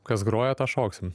kas groja tą šoksim